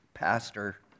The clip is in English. pastor